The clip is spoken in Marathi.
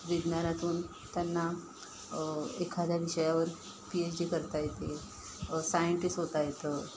विज्ञानातून त्यांना एखाद्या विषयावर पीएच डी करता येते सायंटिस्ट होता येतं